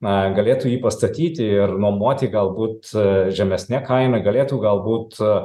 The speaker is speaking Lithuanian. na galėtų jį pastatyti ir nuomoti galbūt žemesne kaina galėtų galbūt